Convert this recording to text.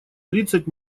тридцать